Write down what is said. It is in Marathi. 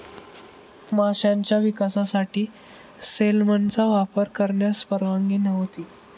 माशांच्या विकासासाठी सेलमनचा वापर करण्यास परवानगी नव्हती